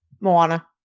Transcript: Moana